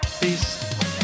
Peace